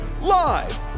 live